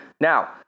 Now